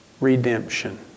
redemption